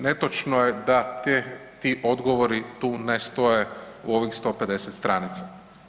Netočno je da ti odgovori tu ne stoje u ovih 150 stanica.